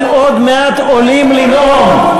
אתם עוד מעט עולים לנאום.